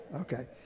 Okay